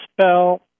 Spell